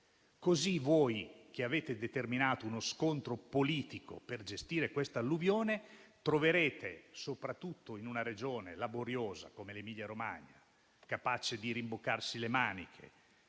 E voi avete determinato uno scontro politico per gestire questa alluvione, soprattutto in una Regione laboriosa come l'Emilia-Romagna, capace di rimboccarsi le maniche.